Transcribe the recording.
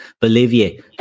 Bolivia